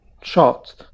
shot